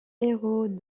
hérault